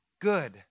good